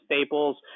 staples